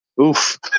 oof